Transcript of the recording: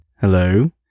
Hello